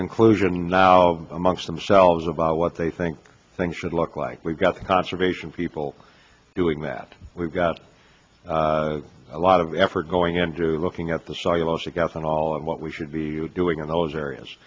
conclusion now amongst themselves about what they think things should look like we've got the conservation people doing that we've got a lot of effort going into looking at the psychological as an all out what we should be doing in those areas